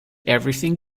everything